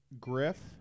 Griff